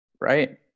Right